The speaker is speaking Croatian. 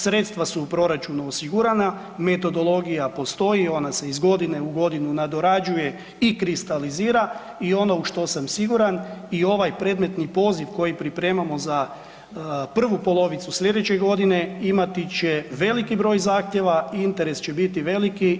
Sredstva su u proračunu osigurana, metodologija postoji ona se iz godine u godinu nadorađuje i kristalizira i ono u što sam siguran i ovaj predmetni poziv koji pripremamo za prvu polovicu sljedeće godine imati će veliki broj zahtjeva i interes će biti veliki.